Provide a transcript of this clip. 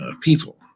people